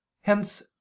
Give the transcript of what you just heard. Hence